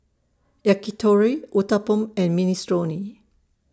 Yakitori Uthapam and Minestrone